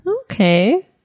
Okay